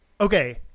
okay